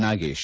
Nagesh